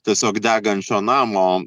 tiesiog degančio namo